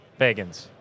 Vegans